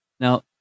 Now